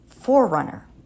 forerunner